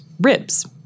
ribs